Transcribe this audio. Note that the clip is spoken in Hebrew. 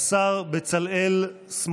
(חותם על ההצהרה) השר בצלאל סמוטריץ'.